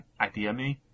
IdeaMe